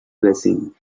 blessing